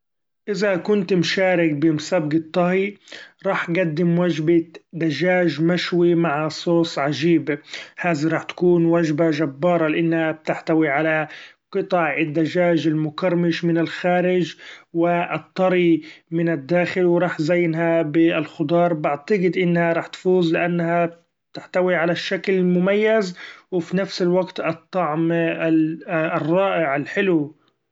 إذا كنت مشارك بمسابقة طهي، راح قدم وچبة دچاچ مشوي مع صوص عچيب هذي راح تكون وچبة چبارة; لإنها بتحتوي على قطع الدچاچ المقرمش من الخارچ والطري من الداخل ، وراح زينها بالخضار بعتقد إنها راح تفوز لإنها تحتوي علي الشكل المميز وفنفس الوقت على الطعم الرائع الحلو.